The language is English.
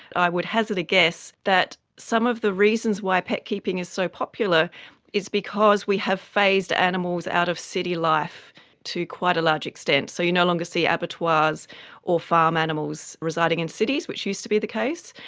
i would hazard a guess that some of the reasons why pet keeping is so popular is because we have phased animals out of city life to quite a large extent. so you no longer see abattoirs or farm animals residing in cities, which used to be the case.